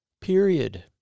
Period